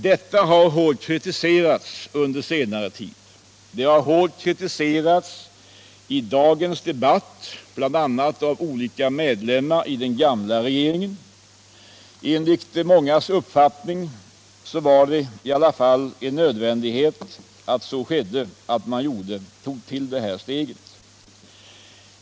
Detta har hårt kritiserats under senare tid. Också i dagens debatt har det kritiserats, bl.a. av olika medlemmar i den förra regeringen. Enligt mångas uppfattning var emellertid devalveringen en nödvändig åtgärd.